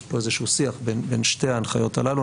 יש פה איזשהו שיח בין שתי ההנחיות הללו,